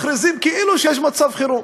מכריזים כאילו יש מצב חירום.